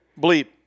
Bleep